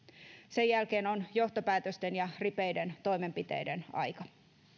sen jälkeen on johtopäätösten ja ripeiden toimenpiteiden aika